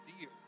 deal